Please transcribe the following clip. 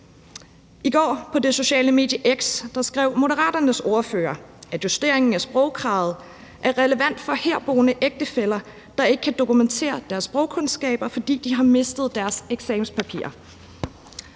I går på det sociale medie X skrev Moderaternes ordfører, at justeringen af sprogkravet er relevant for herboende ægtefæller, der ikke kan dokumentere deres sprogkundskaber, fordi de har mistet deres eksamenspapirer.